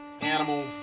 Animal